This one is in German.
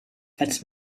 als